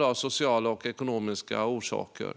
av sociala och ekonomiska orsaker.